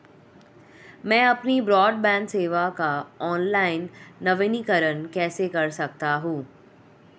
मैं अपनी ब्रॉडबैंड सेवा का ऑनलाइन नवीनीकरण कैसे कर सकता हूं?